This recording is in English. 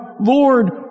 Lord